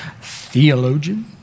theologian